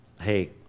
Hey